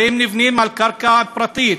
הרי הם נבנים על קרקע פרטית,